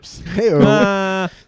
Hey